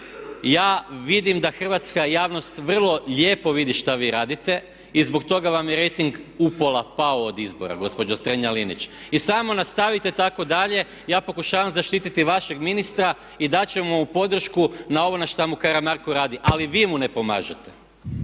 ja vidim da hrvatska javnost vrlo lijepo vidi što vi radite i zbog toga vam je rejting upola pao od izbora gospođo Strenja-Linić. I samo nastavite tako dalje. Ja pokušavam zaštiti vašeg ministra i dati ćemo mu podršku na ovo na šta mu Karamarko radi. Ali vi mu ne pomažete.